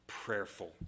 Prayerful